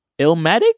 Illmatic